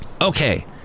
Okay